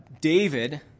David